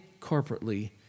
corporately